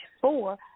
four –